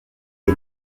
est